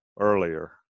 earlier